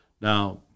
Now